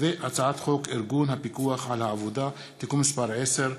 הצעת חוק ארגון הפיקוח על העבודה (תיקון מס' 10),